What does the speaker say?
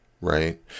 right